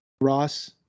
Ross